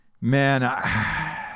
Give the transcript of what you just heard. man